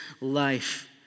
life